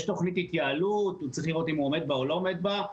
יש תוכנית התייעלות וצריך לראות אם הוא עומד בה או לא עומד בה,